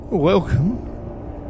Welcome